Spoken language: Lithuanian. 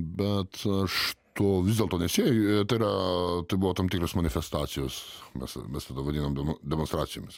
bet aš to vis dėlto nesieju tai yra tai buvo tam tikros manifestacijos mes mes tada vadinom demo demonstracijomis